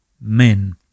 men